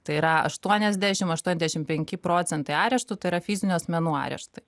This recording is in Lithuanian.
tai yra aštuoniasdešim aštuoniasdešim penki procentai areštų tai yra fizinių asmenų areštai